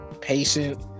patient